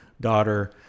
daughter